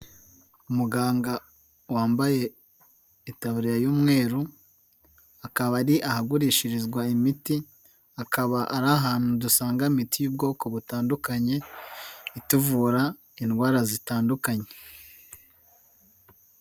Umuganga wambaye itabariya y'umweru akaba ari ahagurishirizwa imiti, akaba ari ahantu dusanga imiti y'ubwoko butandukanye ituvura indwara zitandukanye.